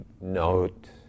note